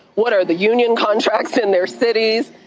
what are the union contracts in their cities?